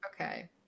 okay